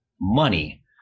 money